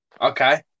Okay